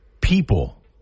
people